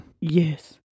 Yes